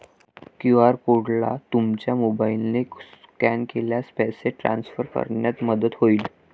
QR कोडला तुमच्या मोबाईलने स्कॅन केल्यास पैसे ट्रान्सफर करण्यात मदत होईल